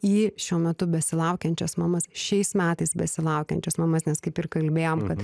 į šiuo metu besilaukiančias mamas šiais metais besilaukiančias mamas nes kaip ir kalbėjom kad